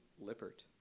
Lippert